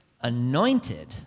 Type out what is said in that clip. anointed